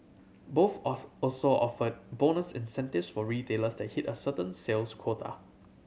both also also offered bonus incentives for retailers that hit a certain sales quota